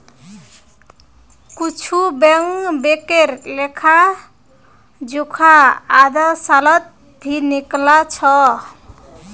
कुछु बैंक बैंकेर लेखा जोखा आधा सालत भी निकला छ